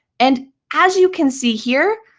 and as you can see here,